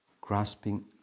grasping